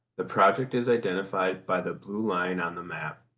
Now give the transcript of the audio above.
the project is identified by the blue line on the map.